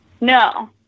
No